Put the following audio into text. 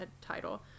title